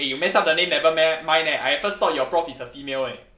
eh you mess up the name neverme~ mind eh I at first thought your prof is a female eh